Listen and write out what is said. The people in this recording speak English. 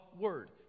word